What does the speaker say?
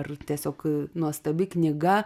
ar tiesiog nuostabi knyga